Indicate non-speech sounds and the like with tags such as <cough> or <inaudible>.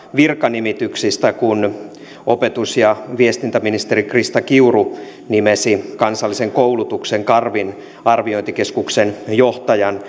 virkanimityksistä kun opetus ja viestintäministeri krista kiuru nimesi kansallisen koulutuksen arviointikeskuksen karvin johtajan <unintelligible>